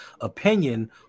opinion